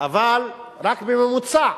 אבל רק בממוצע,